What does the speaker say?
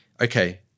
okay